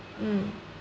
mm